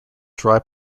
dry